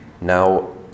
Now